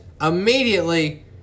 Immediately